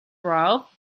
raop